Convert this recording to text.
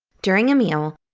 during a meal,